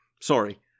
sorry